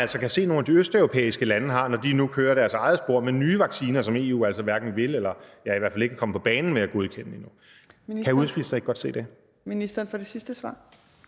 kan se nogle af de østeuropæiske lande har, når de nu kører deres eget spor med nye vacciner, som EU altså hverken vil eller i hvert fald ikke er kommet på banen med at godkende endnu. Kan udenrigsministeren ikke godt se det?